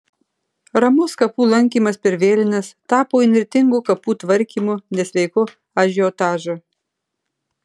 ramus kapų lankymas per vėlines tapo įnirtingu kapų tvarkymu nesveiku ažiotažu